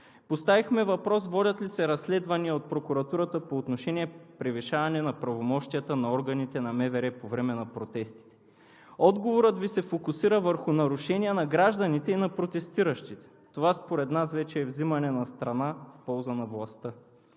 Поставихме въпроса: водят ли се разследвания от прокуратурата по отношение превишаване на правомощията на органите на МВР по време на протестите? Отговорът Ви се фокусира върху нарушенията на гражданите и на протестиращите, а това вече е взимане на страна в полза на властта.